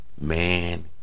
man